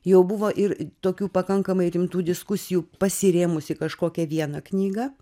jau buvo ir tokių pakankamai rimtų diskusijų pasirėmus į kažkokią vieną knygą